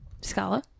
Scala